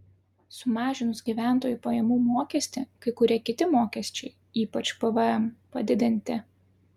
sumažinus gyventojų pajamų mokestį kai kurie kiti mokesčiai ypač pvm padidinti